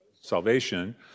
salvation